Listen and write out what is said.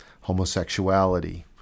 homosexuality